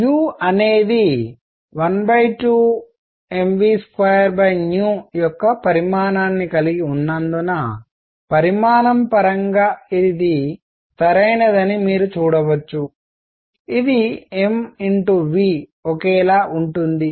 u అనేది 12mv2vయొక్క పరిమాణాన్ని కలిగి ఉన్నందున పరిమాణము పరంగా ఇది సరైనదని మీరు చూడవచ్చు ఇది m v ఒకేలా ఉంటుంది